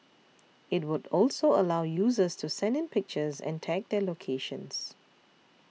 it would also allow users to send in pictures and tag their locations